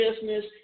business